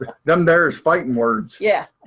them there's fighting words. yeah